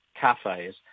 cafes